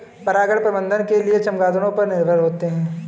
परागण प्रबंधन के लिए चमगादड़ों पर निर्भर होते है